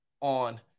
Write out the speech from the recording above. on